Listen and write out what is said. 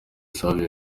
savio